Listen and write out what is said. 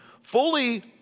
fully